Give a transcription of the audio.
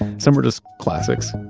some are just classics,